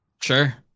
Sure